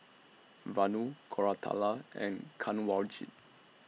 Vanu Koratala and Kanwaljit